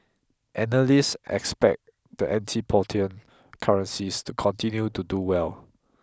analysts expect the antipodean currencies to continue to do well